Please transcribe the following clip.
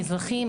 מזרחיים,